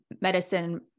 medicine